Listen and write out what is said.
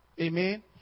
Amen